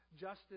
justice